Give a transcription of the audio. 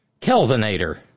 Kelvinator